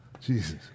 Jesus